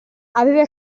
aveva